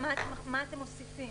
מה אתם מוסיפים?